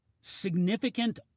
significant